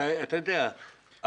אתה יודע,